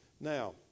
Now